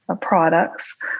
products